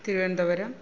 Thiruvananthapuram